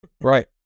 right